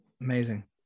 amazing